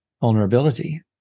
vulnerability